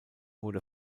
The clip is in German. wurde